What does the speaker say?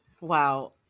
Wow